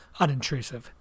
unintrusive